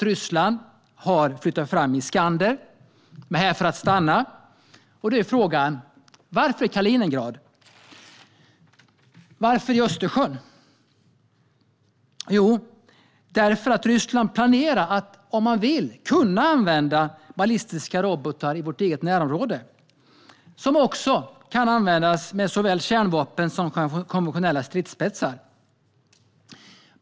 Ryssland har flyttat fram Iskanderrobotar. De är här för att stanna. Då är frågan: Varför i Kaliningrad? Varför vid Östersjön? Jo, därför att Ryssland planerar att, om man vill, kunna använda ballistiska robotar i vårt närområde. De kan också användas med såväl kärnvapen som konventionella stridsspetsar.